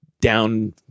down